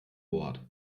bord